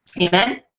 amen